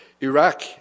Iraq